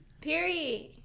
Period